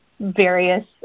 various